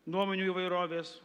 nuomonių įvairovės